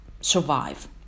survive